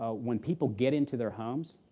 ah when people get into their homes,